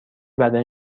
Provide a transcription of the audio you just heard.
بدن